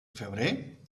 febrer